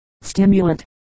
stimulant